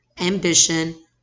ambition